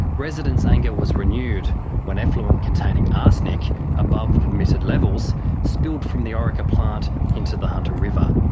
residents' anger was renewed when effluent containing arsenic above permitted levels spilled from the orica plant into the hunter river.